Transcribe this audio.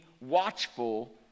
watchful